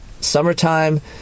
summertime